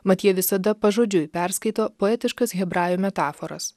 mat jie visada pažodžiui perskaito poetiškas hebrajų metaforas